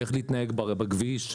איך להתנהג בכביש,